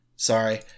Sorry